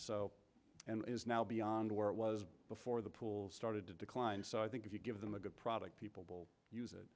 so and is now beyond where it was before the pools started to decline so i think if you give them a good product people will use it